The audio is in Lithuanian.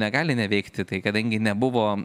negali neveikti tai kadangi nebuvo